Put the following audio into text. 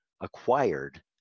acquired